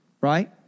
right